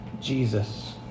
Jesus